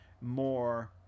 more